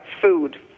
food